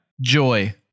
Joy